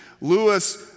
Lewis